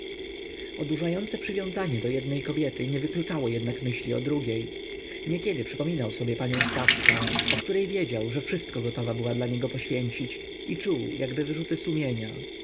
odurzające przywiązanie do jednej kobiety nie wykluczało jednak myśli o drugiej niekiedy przypominał sobie panią stawską o której wiedział że wszystko gotowa była dla niego poświęcić i czuł jakby wyrzuty sumienia